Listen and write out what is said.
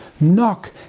Knock